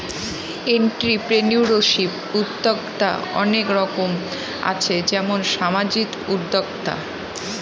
entrepreneurship উদ্যক্তা অনেক রকম আছে যেমন সামাজিক উদ্যোক্তা